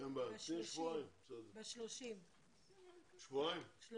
תודה רבה לכולם, דיון ב-30